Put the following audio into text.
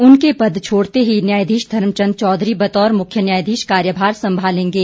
उनके पद छोड़ते ही न्यायाधीश धर्मचंद चौधरी बतौर मुख्य न्यायाधीश कार्यभार संभालेंगे